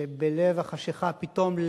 שבלב החשכה פתאום,